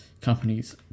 companies